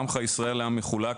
עמך ישראל היה מחולק.